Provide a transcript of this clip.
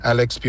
Alex